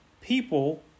people